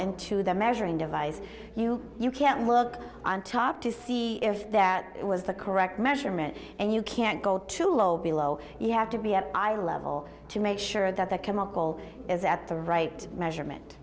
into the measuring device you you can look on top to see if that was the correct measurement and you can't go too low below you have to be at i level to make sure that the chemical is at the right measurement